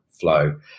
flow